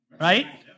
Right